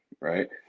right